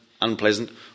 unpleasant